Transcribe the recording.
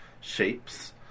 shapes